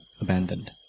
abandoned